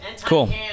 cool